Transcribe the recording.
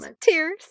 Tears